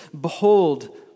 Behold